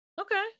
okay